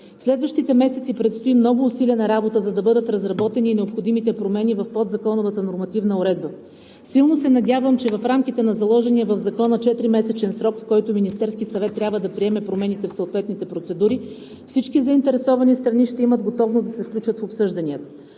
Следващите месеци предстои много усилена работа, за да бъдат разработени необходимите промени в подзаконовата нормативна уредба. Силно се надявам, че в рамките на заложения в Закона 4-месечен срок, в който Министерският съвет трябва да приеме промените в съответните процедури, всички заинтересовани страни ще имат готовност да се включат в обсъжданията.